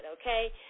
okay